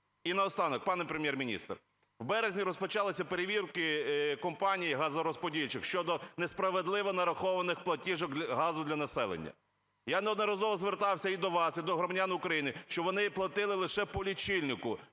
І наостанок, пане Прем’єр-міністр, у березні розпочалися перевірки компаній газорозподільчих щодо несправедливо нарахованих платіжок газу для населення. Я неодноразово звертався і до вас, і до громадян України, щоб вони платили лише по лічильнику